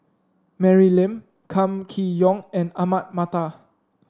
Mary Lim Kam Kee Yong and Ahmad Mattar